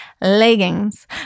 Leggings